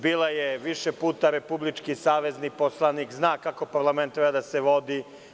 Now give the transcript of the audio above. Bila je više puta republički i savezni poslanik i zna kako parlament treba da se vodi.